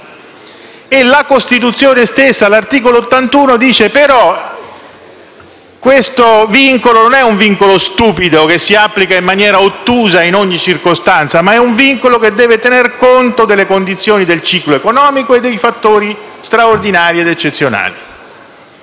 e la Costituzione stessa, all'articolo 81, afferma che questo non è un vincolo stupido che si applica in maniera ottusa in ogni circostanza, ma deve tener conto delle condizioni del ciclo economico e dei fattori straordinari ed eccezionali.